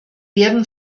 werden